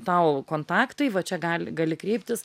tau kontaktai va čia gal gali kreiptis